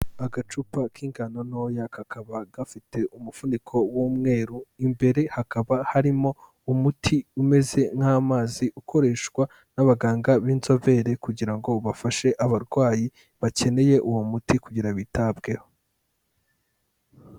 Agacupa k'ingano ntoya kakaba gafite umuvuniko w'umweru, imbere hakaba harimo umuti umeze nk'amazi ukoreshwa n'abaganga b'inzobere kugira ngo bafashe abarwayi bakeneye uwo muti kugira ngo bitabweho.